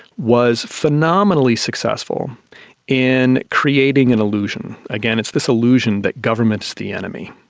was phenomenally successful in creating an illusion. again, it's this illusion that government is the enemy,